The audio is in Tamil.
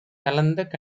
கலந்த